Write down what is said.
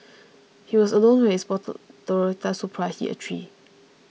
he was alone when his sporty Toyota Supra hit a tree